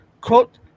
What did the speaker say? Quote